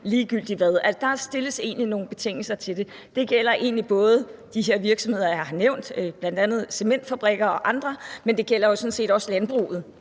ligegyldigt hvad, men at der stilles nogle betingelser til det. Det gælder egentlig både de her virksomheder, jeg har nævnt, bl.a. cementfabrikker, men det gælder sådan set også landbruget,